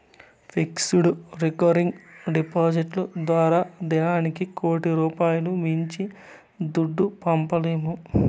fixed, recurring డిపాడిట్లు ద్వారా దినానికి కోటి రూపాయిలు మించి దుడ్డు పంపలేము